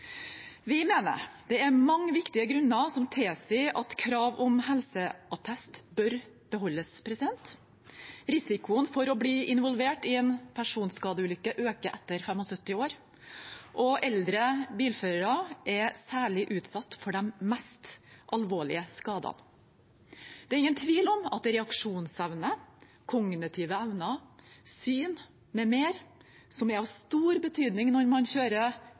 Vi mener det er mange viktige grunner som tilsier at kravet om helseattest bør beholdes. Risikoen for å bli involvert i en personskadeulykke øker etter fylte 75 år, og eldre bilførere er særlig utsatt for de mest alvorlige skadene. Det er ingen tvil om at reaksjonsevne, kognitive evner, syn m.m., som er av stor betydning når man kjører